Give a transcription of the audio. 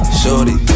shorty